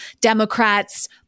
Democrats